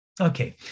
Okay